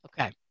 Okay